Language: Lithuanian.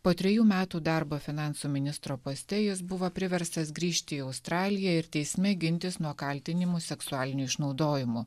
po trejų metų darbo finansų ministro poste jis buvo priverstas grįžti į australiją ir teisme gintis nuo kaltinimų seksualiniu išnaudojimu